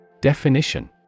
Definition